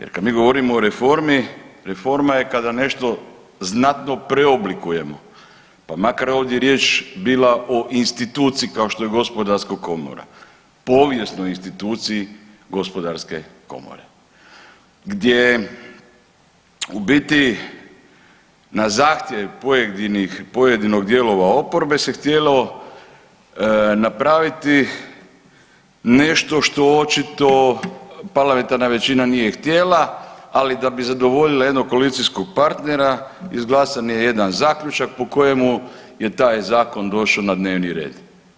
jer kad mi govorimo o reformi, reforma je kada nešto znatno preoblikujemo pa makar ovdje riječ bila o instituciji kao što je gospodarska komora, povijesnoj instituciji gospodarske komore gdje u biti na zahtjev pojedinih, pojedinog dijelova oporbe se htjelo napraviti nešto što očito parlamentarna većina nije htjela ali da bi zadovoljila jednog koalicijskog partnera izglasan je jedan zaključak po kojemu je taj zakon došao na dnevni red.